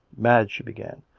madge, she began,